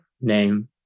name